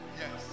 yes